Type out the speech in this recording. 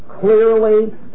clearly